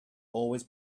always